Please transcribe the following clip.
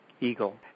eagle